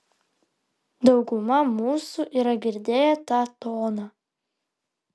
dauguma mūsų yra girdėję tą toną